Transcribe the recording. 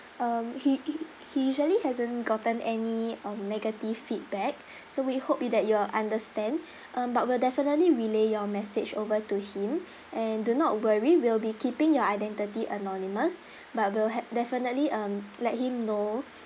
um he he he usually hasn't gotten any um negative feedback so we hope yo~ that you will understand um but we'll definitely relay your message over to him and do not worry we will be keeping your identity anonymous but we'll ha~ definitely um let him know